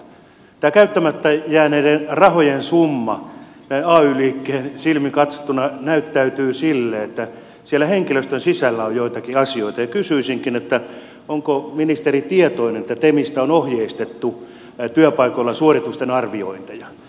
tämä käyttämättä jääneiden rahojen summa näin ay liikkeen silmin katsottuna näyttäytyy sille että siellä henkilöstön sisällä on joitakin asioita ja kysyisinkin onko ministeri tietoinen että temistä on ohjeistettu työpaikoilla suoritusten arviointeja